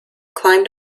climbed